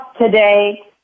today